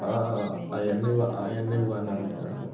ఆవన్నీ ఆవన్నీ బాగానే ఉంటాయండి